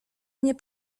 nie